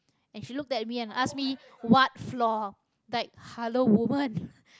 and she looked at me and asked what floor like hello woman